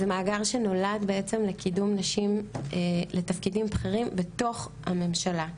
זה מאגר שנולד בעצם לקידום נשים לתפקידים בכירים בתוך הממשלה,